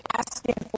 asking